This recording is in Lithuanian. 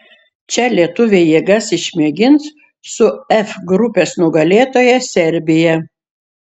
čia lietuviai jėgas išmėgins su f grupės nugalėtoja serbija